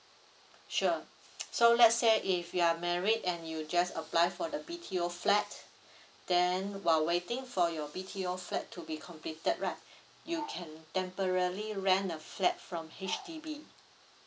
sure so let's say if you are married and you just apply for the B_T_O flat then while waiting for your B_T_O flat to be completed right you can temporarily rent a flat from H_D_B